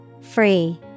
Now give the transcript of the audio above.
Free